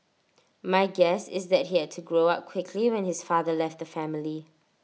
my guess is that he had to grow up quickly when his father left the family